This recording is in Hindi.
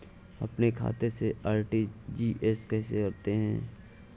अपने खाते से आर.टी.जी.एस कैसे करते हैं?